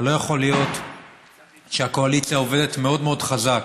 אבל לא יכול להיות שהקואליציה עובדת מאוד מאוד חזק